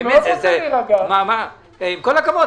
עם כל הכבוד,